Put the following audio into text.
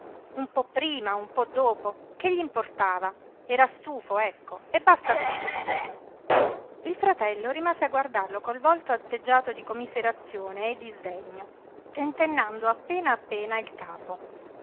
un po prima un po dopo che gl'importava era stufo ecco e basta cosí il fratello rimase a guardarlo col volto atteggiato di commiserazione e di sdegno tentennando appena appena il capo